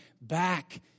back